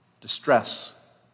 distress